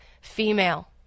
female